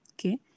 Okay